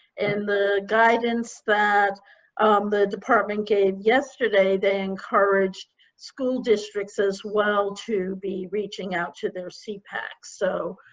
and the guidance that um the department gave yesterday, they encouraged school districts as well to be reaching out to their sepacs. so,